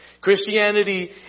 Christianity